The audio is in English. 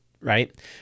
Right